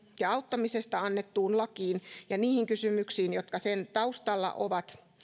ja auttamisesta annettuun lakiin ja niihin kysymyksiin jotka sen taustalla ovat